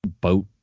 boat